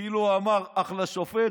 כאילו הוא אמר: אחלה שופט,